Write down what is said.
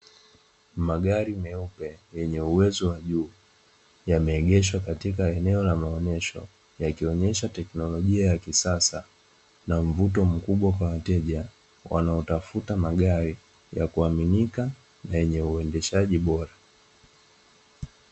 Magari meupi yenye uwezo wa juu yameegeshwa katika eneo la maonyesho yakionyesha uwezo wakisasa kwa wateja wanaotafuta magari yakueleweka na yenye uendeshaji bora